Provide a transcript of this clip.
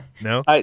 No